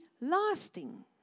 lasting